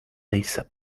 lisa